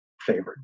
favorite